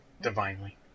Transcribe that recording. divinely